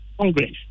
Congress